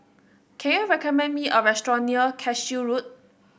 can you recommend me a restaurant near Cashew Road